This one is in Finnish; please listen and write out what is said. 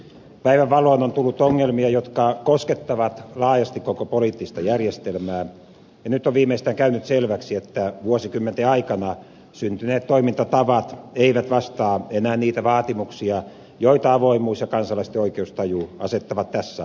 päivänvaloon on tullut ongelmia jotka koskettavat laajasti koko poliittista järjestelmää ja nyt on viimeistään käynyt selväksi että vuosikymmenten aikana syntyneet toimintatavat eivät vastaa enää niitä vaatimuksia joita avoimuus ja kansalaisten oikeustaju asettavat tässä ajassa